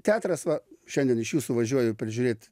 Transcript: teatras va šiandien iš jūsų važiuoju peržiūrėt